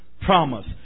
Promise